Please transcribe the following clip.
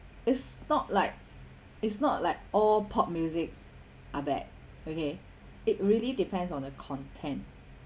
it's not like it's not like all pop musics are bad okay it really depends on the content